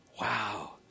Wow